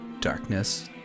Darkness